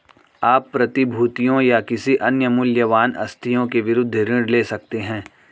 आप प्रतिभूतियों या किसी अन्य मूल्यवान आस्तियों के विरुद्ध ऋण ले सकते हैं